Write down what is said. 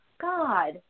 God